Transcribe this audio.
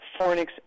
fornix